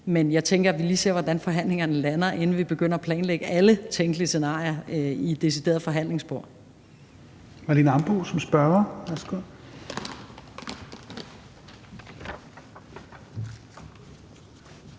Men jeg tænker, at vi lige ser, hvordan forhandlingerne lander, inden vi begynder at planlægge alle tænkelige scenarier ved et decideret forhandlingsbord.